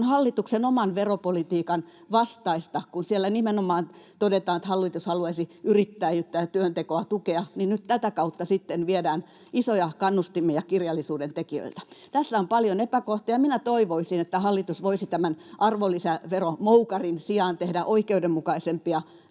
on hallituksen oman veropolitiikan vastaista, kun siellä nimenomaan todetaan, että hallitus haluaisi yrittäjyyttä ja työntekoa tukea, mutta nyt tätä kautta sitten viedään isoja kannustimia kirjallisuuden tekijöiltä. Tässä on paljon epäkohtia, ja minä toivoisin, että hallitus voisi tämän arvonlisäveromoukarin sijaan tehdä oikeudenmukaisempia